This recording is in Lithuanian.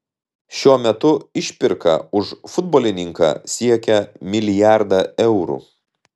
šiuo metu išpirka už futbolininką siekia milijardą eurų